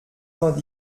vingt